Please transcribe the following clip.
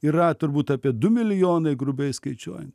yra turbūt apie du milijonai grubiai skaičiuojant